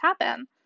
happen